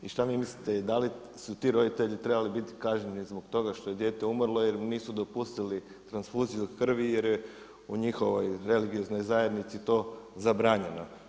I šta vi mislite da li su ti roditelji trebali biti kažnjeni zbog toga što je dijete umrlo jer nisu dopustili transfuziju krvi jer je u njihovoj religioznoj zajednici to zabranjeno.